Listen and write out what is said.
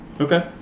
Okay